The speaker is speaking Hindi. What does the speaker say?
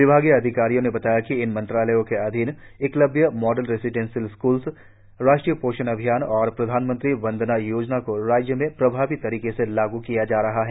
विभागीय अधिकारियों ने बताया कि इन मंत्रालयों के अधीन एकलव्य मॉडल रेजिडेंसियल स्कूल्स राष्ट्रीय पोषण अभियान और प्रधानमंत्री वंदना योजना को राज्य में प्रभावी तरीके से लागू किया जा रहा है